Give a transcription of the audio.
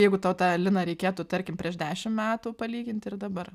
jeigu tau tą liną reikėtų tarkim prieš dešim metų palyginti ir dabar